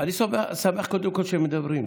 קודם כול, אני שמח שהם מדברים.